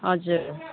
हजुर